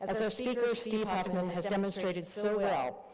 as our speaker steve huffman has demonstrated so well,